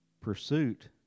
pursuit